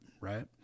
right